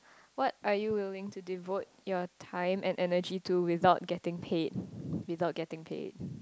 what are you willing to devote your time and energy to without getting paid without getting paid